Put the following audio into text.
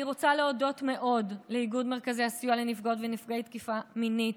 אני רוצה להודות מאוד לאיגוד מרכזי הסיוע לנפגעות ונפגעי תקיפה מינית,